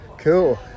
Cool